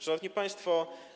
Szanowni Państwo!